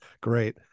great